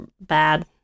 bad